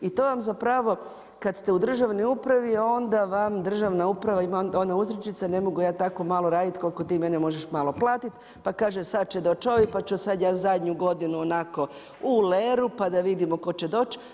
I to vam zapravo, kad ste u državnoj upravi, onda vam državna uprava ima one uzrečice, ne mogu ja tako malo raditi, koliko ti mene možeš malo platiti, pa kaže, sad će doći ovi, pa ću sad ja zadnju godinu, onako u leru, pa da vidimo tko će doći.